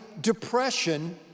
depression